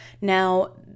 Now